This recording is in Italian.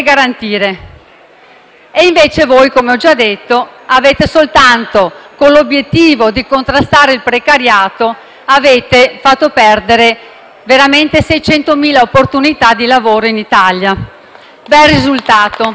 Invece voi, come già detto, con l'obiettivo di contrastare il precariato, avete fatto perdere 600.000 opportunità di lavoro in Italia. Bel risultato!